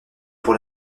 pour